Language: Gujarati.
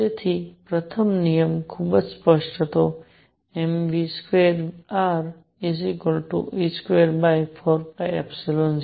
તેથી પ્રથમ નિયમખૂબ સ્પષ્ટ હતો mv2re24π0